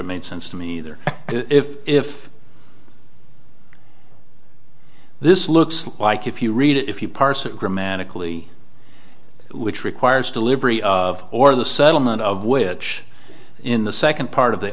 it made sense to me either if if this looks like if you read it if you parse it grammatically which requires delivery of or the settlement of which in the second part of the